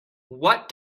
what